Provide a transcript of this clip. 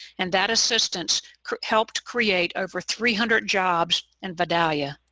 and that assistance helped create over three hundred jobs in vidalia.